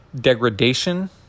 degradation